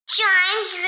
Chimes